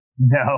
No